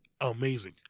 amazing